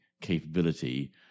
capability